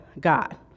God